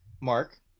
Mark